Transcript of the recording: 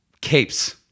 capes